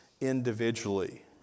individually